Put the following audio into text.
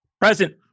Present